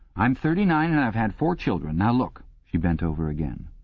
i'm thirty-nine and i've had four children. now look she bent over again.